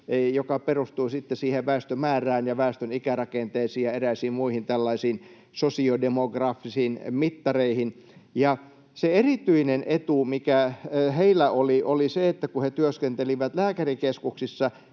siihen väestömäärään ja väestön ikärakenteeseen ja eräisiin muihin tällaisiin sosiodemografisiin mittareihin. Ja se erityinen etu, mikä heillä oli, oli se, että kun he työskentelivät lääkärikeskuksissa,